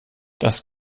das